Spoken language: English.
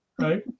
Right